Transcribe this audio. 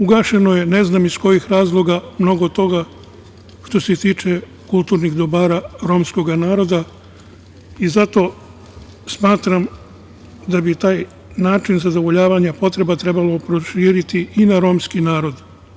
Ugašeno je, ne znam iz kojih razloga, mnogo toga što se tiče kulturnih dobara romskoga naroda i zato smatram da bi taj način zadovoljavanja potreba trebalo proširiti i na romski narod.